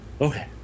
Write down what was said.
Okay